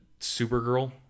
Supergirl